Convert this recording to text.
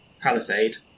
palisade